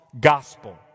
gospel